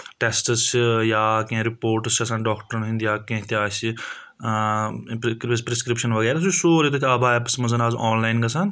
tests چھِ یا کینٛہہ رِپوٹٕس چھِ آسان ڈاکٹرن ہٕنٛدۍ یا کینٛہہ تہِ آسہِ پرسکرپشن وغیرہ سُہ چھُ سورُے تٔتھۍ آبا ایپس منٛز آز آنلاین گژھان